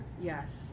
Yes